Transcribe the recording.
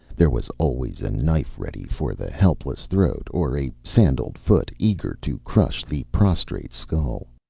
there was always a knife ready for the helpless throat, or a sandaled foot eager to crush the prostrate skull.